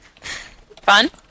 Fun